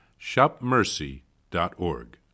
shopmercy.org